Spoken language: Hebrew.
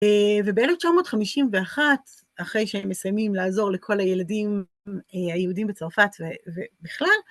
וב-1951, אחרי שהם מסיימים לעזור לכל הילדים היהודים בצרפת ובכלל,